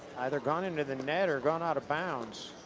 either gone into the net or gone out of bounds.